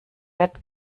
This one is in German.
wird